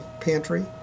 pantry